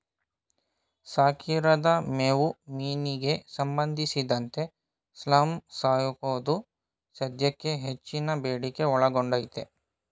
ಸಾಕಿರದ ಮೇವು ಮೀನಿಗೆ ಸಂಬಂಧಿಸಿದಂತೆ ಸಾಲ್ಮನ್ ಸಾಕೋದು ಸದ್ಯಕ್ಕೆ ಹೆಚ್ಚಿನ ಬೇಡಿಕೆ ಒಳಗೊಂಡೈತೆ